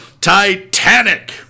Titanic